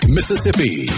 Mississippi